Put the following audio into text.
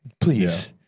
Please